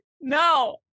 no